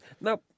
Now